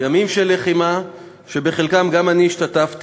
ימים של לחימה שבחלקם גם אני השתתפתי,